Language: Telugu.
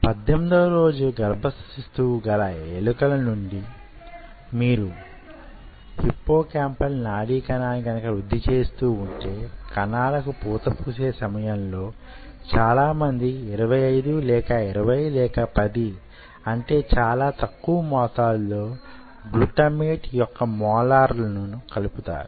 18వ రోజు గర్భస్థ శిశువు గల ఎలుకల నుండి మీరు హిప్పోకాంపల్ నాడీ కణాన్ని గనక వృద్ధి చేస్తూ వుంటే కణాలకు పూతపోసే సమయంలో చాలా మంది 25 లేక 20 లేక 10 అంటే చాలా తక్కువ మోతాదు లో గ్లూటమేట్ యొక్క మొలార్ల ను కలుపుతారు